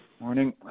Morning